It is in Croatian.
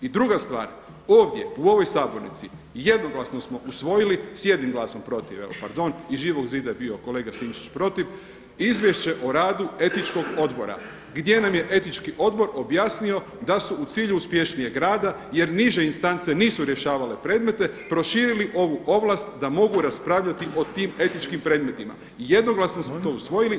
I druga stvar, ovdje u ovoj sabornici jednoglasno smo usvojili s jednim glasom protiv, pardon iz Živog zida kolega Sinčić bio je protiv, izvješće o radu Etičkog odbora gdje nam je Etički odbor objasnio da su u cilju uspješnijeg rada jer niže instance nisu rješavale predmete proširili ovu ovlast da mogu raspravljati o tim etičkim predmetima i jednoglasno smo to usvojili.